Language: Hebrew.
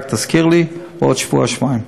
רק תזכיר לי בעוד שבוע-שבועיים.